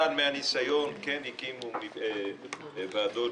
בדרך כלל, מניסיון, הקימו ועדות